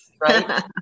right